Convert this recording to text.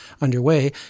underway